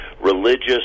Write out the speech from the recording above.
religious